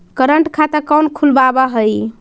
current खाता कौन खुलवावा हई